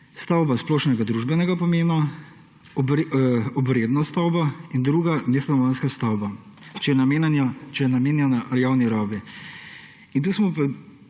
stavba splošnega družbenega pomena, obredna stavba in druga nestanovanjska stavba, če je namenjena javni rabi. Tukaj smo